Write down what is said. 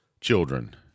children